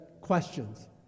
questions